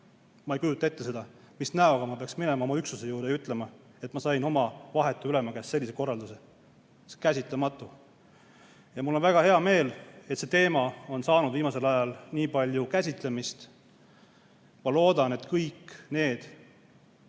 Ma ei kujuta ette, mis näoga ma peaksin minema oma üksuse juurde ja ütlema, et ma sain oma vahetu ülema käest sellise korralduse. See on käsitamatu ja mul on väga hea meel, et see teema on leidnud viimasel ajal nii palju käsitlemist. Ma loodan, et kõik need